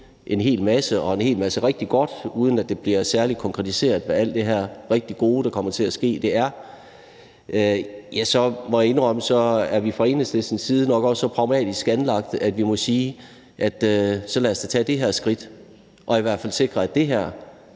en hel masse og en hel masse rigtig godt, uden at det bliver særlig konkretiseret, hvad alt det her rigtig gode, der komme til at ske, er, ja, så må jeg indrømme, at vi fra Enhedslistens side nok også er så pragmatisk anlagt, at vi må sige: Så lad os da tage det her skridt og i hvert fald sikre, at det her